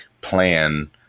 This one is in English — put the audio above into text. plan